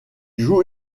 joue